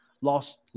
lost